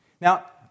Now